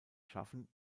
schaffen